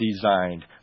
designed